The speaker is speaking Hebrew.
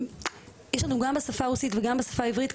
יש לנו גם בשפה הרוסית וגם בשפה העברית,